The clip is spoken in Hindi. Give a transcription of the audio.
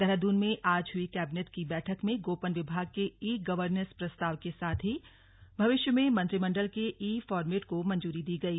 देहरादून में आज हुई कैबिनेट की बैठक में गोपन विभाग के ई गर्वनेंस प्रस्ताव के साथ ही भविष्य में मंत्रीमंडल के ई फॉर्मेट को मंजूरी दी गई